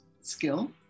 skill